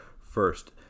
first